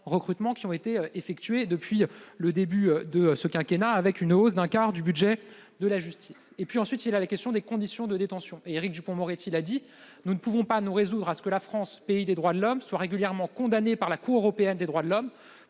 ont été effectués depuis le début de ce quinquennat, avec une hausse d'un quart du budget de la justice. Pour ce qui est des conditions de détention, Éric Dupond-Moretti l'a dit, nous ne pouvons nous résoudre à ce que la France, pays des droits de l'homme, soit régulièrement condamnée par la Cour européenne des droits de l'homme